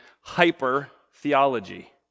hyper-theology